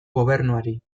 gobernuari